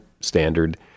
standard